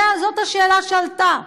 זאת השאלה שעלתה,